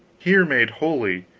here made holy,